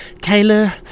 Taylor